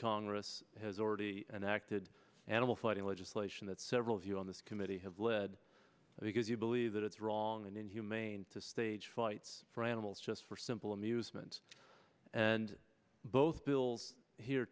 congress has already enacted animal fighting legislation that several of you on this committee have led because you believe that it's wrong and inhumane to stage fights for animals just for simple amusement and both bills here